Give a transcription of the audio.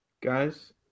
Guys